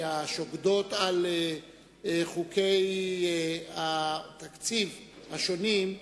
השוקדות על חוקי התקציב השונים,